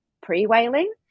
pre-whaling